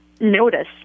notice